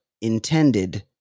intended